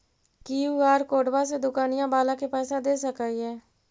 QR कोडबा से दुकनिया बाला के पैसा दे सक्रिय?